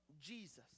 Jesus